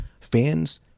fans